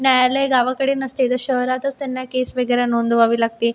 न्यायालय गावाकडे नसते जर शहरातच त्यांना केस वगैरे नोंदवावी लागते